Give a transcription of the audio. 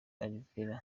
alvera